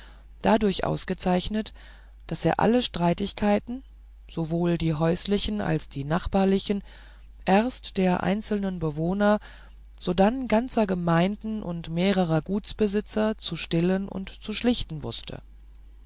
dadurch ausgezeichnet daß er alle streitigkeiten sowohl die häuslichen als die nachbarlichen erst der einzelnen bewohner sodann ganzer gemeinden und mehrerer gutsbesitzer zu stillen und zu schlichten wußte